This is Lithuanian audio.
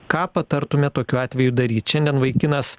ką patartumėt tokiu atveju daryti šiandien vaikinas